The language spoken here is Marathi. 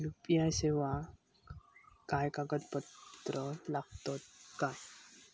यू.पी.आय सेवाक काय कागदपत्र लागतत काय?